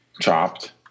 Chopped